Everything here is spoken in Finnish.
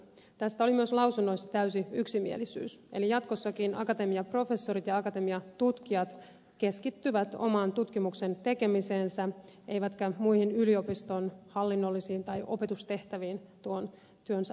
tästä oli myös lausunnoissa täysi yksimielisyys eli jatkossakin akatemiaprofessorit ja akatemiatutkijat keskittyvät oman tutkimuksensa tekemiseen eivätkä muihin yliopiston hallinnollisiin tai opetustehtäviin tuon työnsä aikana